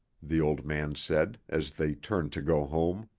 the old man said as they turned to go home.